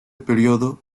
período